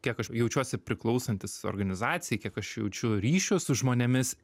kiek aš jaučiuosi priklausantis organizacijai kiek aš jaučiu ryšio su žmonėmis